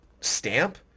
stamp